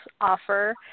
offer